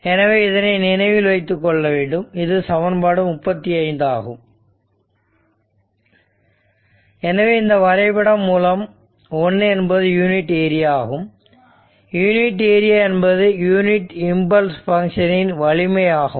எனவே இதனை நினைவில் வைத்துக் கொள்ள வேண்டும் இது சமன்பாடு 35 ஆகும் எனவே இந்த வரைபடம் மூலம் 1 என்பது யூனிட் ஏரியாகும் யூனிட் ஏரியா என்பது யூனிட் இம்பல்ஸ் பங்க்ஷன் இன் வலிமையாகும்